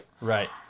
Right